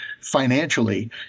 financially